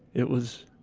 it was,